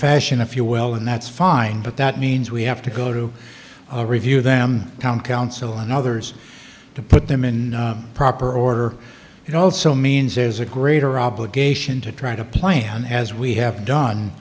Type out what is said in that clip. fashion a few well and that's fine but that means we have to go to review them town council and others to put them in proper order it also means there's a greater obligation to try to plan as we have done